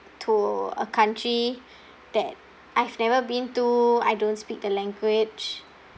to a country that I've never been to I don't speak the language